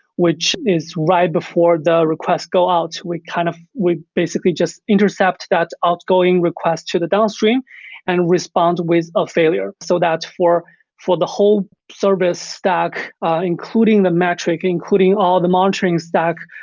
which is right before the request go out. we kind of we basically just intercept that outgoing request to the downstream and respond with a failure. so that's for for the whole service stack including the metric, including all the monitoring stack.